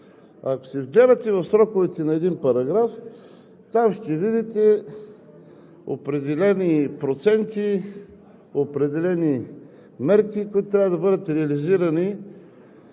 Ако се вгледате в сроковете на един параграф, ще видите определени проценти, определени мерки, които трябва да бъдат реализирани